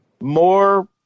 More